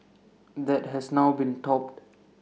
that has now been topped